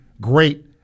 great